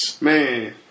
Man